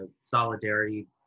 solidarity